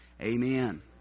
Amen